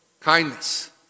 kindness